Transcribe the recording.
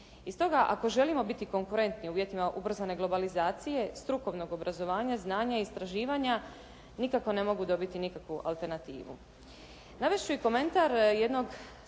I stoga, ako želimo biti konkurentni u uvjetima ubrzane globalizacije, strukovnog obrazovanja, znanja i istraživanja nikako ne mogu dobiti nikakvu alternativu.